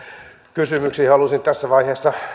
kysymykseen haluaisin tässä vaiheessa